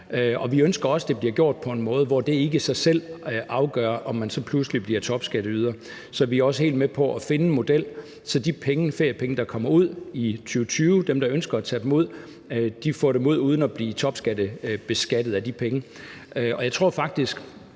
Og vi ønsker også, at det bliver gjort på en måde, hvor det ikke i sig selv afgør, om man så pludselig bliver topskatteyder. Så vi er også helt med på at finde en model, så dem, der ønsker at få de feriepenge ud i 2020, får dem ud uden at skulle betale topskat af dem. Og jeg tror faktisk,